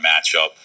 matchup